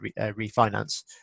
refinance